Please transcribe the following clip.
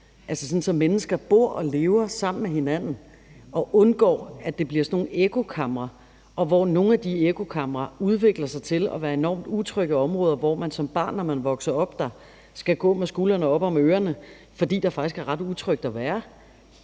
så mennesker bor og lever sammen med hinanden, og så vi undgår, at det bliver sådan nogle ekkokamre, hvoraf nogle af de ekkokamre udvikler sig til at være enormt utrygge områder, hvor man som barn, når man vokser op der, skal gå med skuldrene oppe om ørerne, fordi der faktisk er ret utrygt at være.